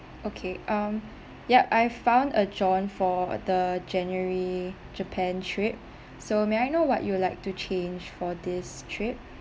okay um yup I have found a john for the january japan trip so may I know what you would like to change for this trip